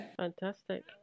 Fantastic